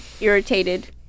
irritated